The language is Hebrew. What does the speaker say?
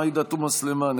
עאידה תומא סלימאן,